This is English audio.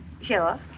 Sure